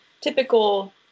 typical